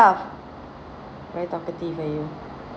very talkative ah you